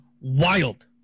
wild